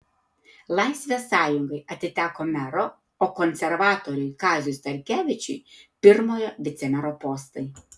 laisvės sąjungai atiteko mero o konservatoriui kaziui starkevičiui pirmojo vicemero postai